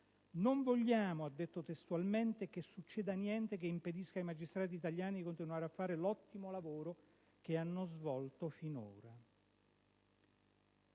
Non vogliamo» - ha detto testualmente - «che succeda niente che impedisca ai magistrati italiani di continuare a fare l'ottimo lavoro che hanno svolto finora».